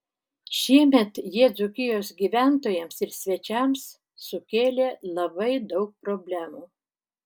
šiemet jie dzūkijos gyventojams ir svečiams sukėlė labai daug problemų